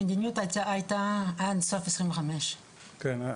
המדיניות הייתה עד סוף 2025. כן,